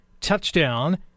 touchdown